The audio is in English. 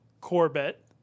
Corbett